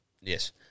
yes